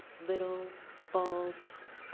little bulbs,